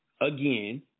again